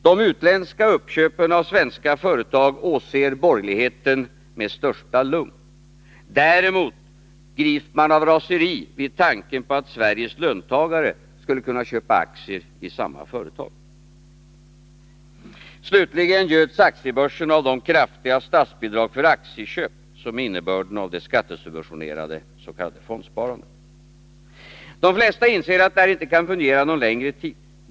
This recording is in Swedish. De utländska uppköpen av svenska företag åser borgerligheten med största lugn. Däremot grips man av raseri vid tanken på att svenska löntagare skulle kunna köpa aktier i samma företag. Slutligen göds aktiebörsen av de kraftiga statsbidrag för aktieköp som är innebörden av det skattesubventionerade s.k. fondsparandet. De flesta inser att detta inte kan fungera någon längre tid.